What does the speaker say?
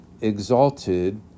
exalted